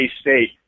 state